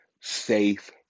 safe